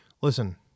Listen